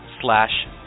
slash